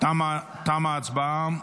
תמה ההצבעה.